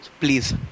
please